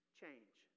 change